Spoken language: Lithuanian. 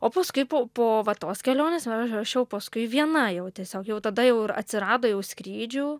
o paskui po po va tos kelionės aš aš jau paskui viena jau tiesiog jau tada jau ir atsirado jau skrydžių